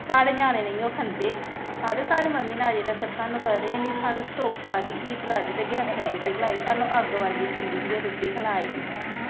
साढ़े ञ्याणे नेइयों खंदे आखदे साढ़ी मम्मी ने अजें तकर सानूं कदें निं सानूं स्टोपै दी हीटरा दी ते गैसे दी रुट्टी खलाई सानूं अग्ग बाल्लियै चुल्ली दी गै रुट्टी खलाई